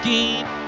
Keep